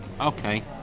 okay